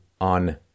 on